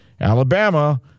Alabama